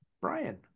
Brian